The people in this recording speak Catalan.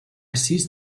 sis